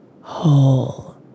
whole